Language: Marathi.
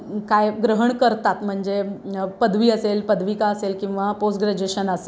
काय ग्रहण करतात म्हणजे पदवी असेल पदविका असेल किंवा पोस्ट ग्रॅज्युएशन असेल